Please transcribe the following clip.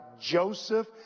joseph